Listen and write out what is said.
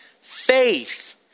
faith